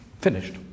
finished